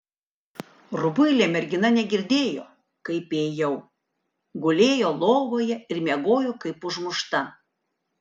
rubuilė mergina negirdėjo kaip įėjau gulėjo lovoje ir miegojo kaip užmušta